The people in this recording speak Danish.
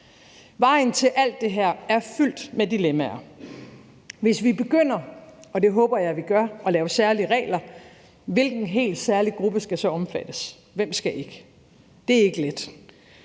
Vejen til alt det her er fyldt med dilemmaer. Hvis vi begynder – og det håber jeg at vi gør – at lave særlige regler, hvilken helt særlig gruppe skal så omfattes, og hvem skal ikke? Det er ikke let.